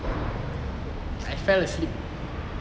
I fell asleep